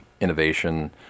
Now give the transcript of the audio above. innovation